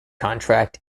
contract